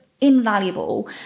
invaluable